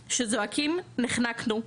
שזועקים, נחנקנו.